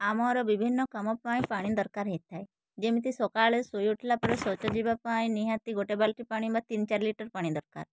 ଆମର ବିଭିନ୍ନ କାମ ପାଇଁ ପାଣି ଦରକାର ହେଇଥାଏ ଯେମିତି ସକାଳେ ଶୋଇ ଉଠିଲା ପରେ ଶୌଚ ଯିବାପାଇଁ ନିହାତି ଗୋଟେ ବାଲ୍ଟି ପାଣି ବା ତିନି ଚାରି ଲିଟର୍ ପାଣି ଦରକାର